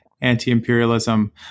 anti-imperialism